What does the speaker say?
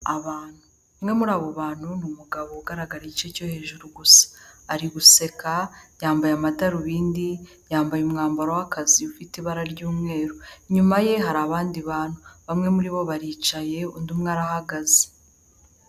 Umwe muri abo bantu ni umugabo ugaragara igice cyo hejuru gusa ari guseka yambaye amadarubindi, yambaye umwambaro w'akazi ufite ibara ry'umweru inyuma ye hari abandi bantu bamwe muri bo baricaye undi umwe arahagaze.